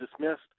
dismissed